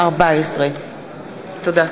התשע"ה 2014. תודה.